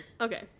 Okay